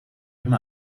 hem